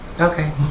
Okay